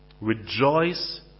Rejoice